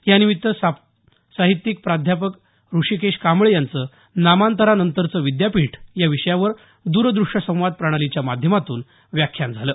यानिमित्त साहित्यिक प्राध्यापक ऋषिकेश कांबळे यांचं नामांतरानंतरचं विद्यापीठ या विषयावर दूरदृष्य संवाद प्रणालीच्या माध्यमातून व्याख्यान झालं